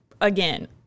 again